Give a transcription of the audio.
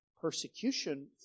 persecution